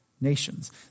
nations